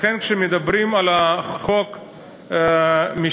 לכן, כשמדברים על חוק המשילות,